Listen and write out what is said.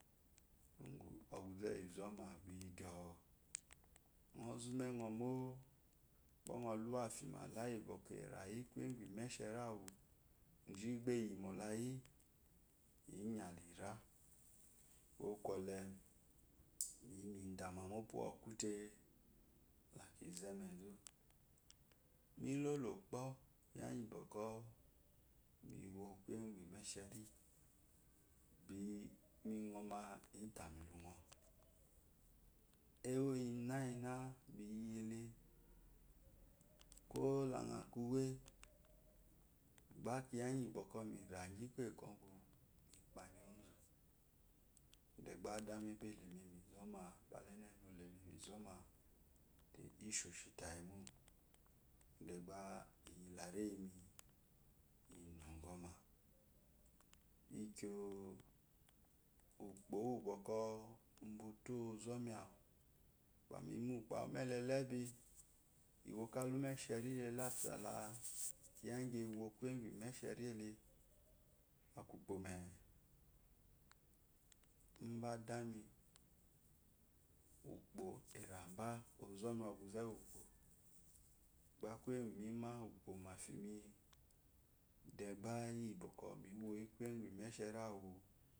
Oguza wizoma uyi gyo ngo zo umengo mo gba ngo luwefima yi bwɔkwɔ erayi kuyi inyalira kuwo kwɔle miyi miyama mu opuwakute laki zo amezu milolo kpo kiya gyi miwo kuye gu imeshen mi ngoma itamilungo ewyinayine miyi le kolo ngo kuwe gba kiya gyi mi raggi kuye kwɔgu mikpanga ewumo gba adami beleme mizoma te isheshi tayimo da gbe iyi le reyimi inogwoma gba iyite ukpo wu bwɔkwɔ uba oto ozomomi awu ba nime ukpo wu amamo de kbi liwo ka umeshe lalafia kiya gyi ewo kiye gu emesheri da aku ukpo me udeda mi ukpo eraba onzomi oguze wukpo gba kuye gu mime ukpo mafimi de gba iyi bwɔkwɔ miwiyi kuye gu imesheri awu.